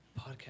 Podcast